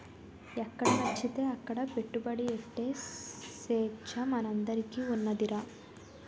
ఎక్కడనచ్చితే అక్కడ పెట్టుబడి ఎట్టే సేచ్చ మనందరికీ ఉన్నాదిరా